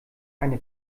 eine